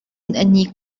أني